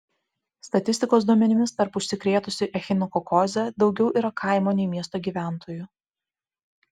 statistikos duomenimis tarp užsikrėtusių echinokokoze daugiau yra kaimo nei miesto gyventojų